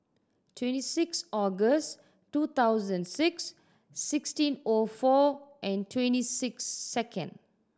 twenty six August two thousand six sixteen O four and twenty six second